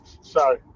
sorry